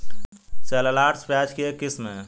shallots, प्याज की एक किस्म है